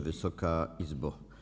Wysoka Izbo!